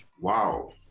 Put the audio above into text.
Wow